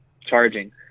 charging